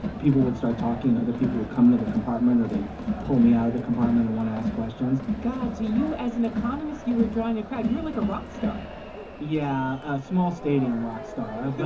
people would start talking. other people would come into the compartment, or they'd pull me out of the compartment and want to ask questions god, so you as an economist, you were drawing a crowd. you were like a rock star yeah, a small-stadium rock star. but.